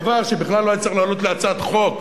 דבר שבכלל לא היה צריך לעלות כהצעת חוק,